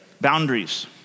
boundaries